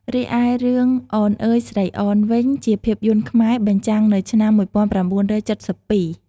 រីឯ រឿងអនអើយស្រីអន វិញ ជាភាពយន្តខ្មែរ បញ្ចាំងនៅឆ្នាំ១៩៧២ ។